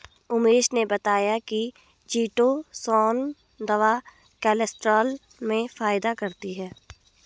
उमेश ने बताया कि चीटोसोंन दवा कोलेस्ट्रॉल में फायदा करती है